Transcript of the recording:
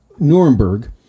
nuremberg